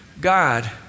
God